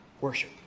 worship